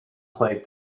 played